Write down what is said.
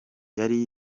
yari